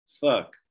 fuck